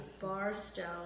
Barstow